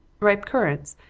ripe currants,